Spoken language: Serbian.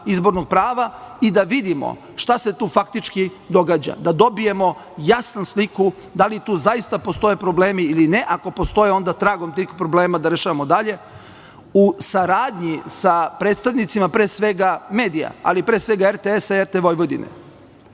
izbornog prava i da vidimo šta se tu faktički događa, da dobijemo jasnu sliku da li tu zaista postoje problemi ili ne. Ako postoje, onda tragom tih problema da rešavamo dalje u saradnji sa predstavnicima pre svega medija, ali pre svega RTS-a i RTV.